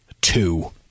two